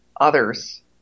others